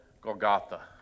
Golgotha